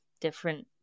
different